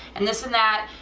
and this and that,